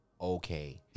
okay